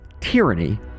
tyranny